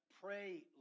Pray